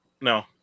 no